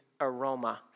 aroma